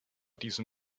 diesen